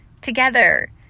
together